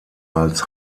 als